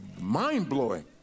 mind-blowing